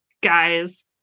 guys